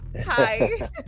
hi